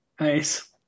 Nice